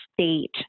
state